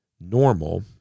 Normal